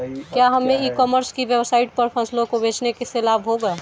क्या हमें e commerce की वेबसाइट पर फसलों को बेचने से लाभ होगा?